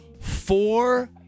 four